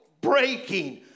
breaking